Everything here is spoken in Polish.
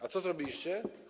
A co zrobiliście?